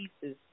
pieces